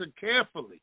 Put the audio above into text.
carefully